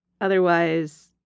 Otherwise